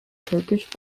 turkish